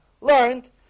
learned